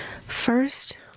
first